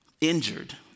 injured